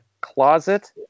closet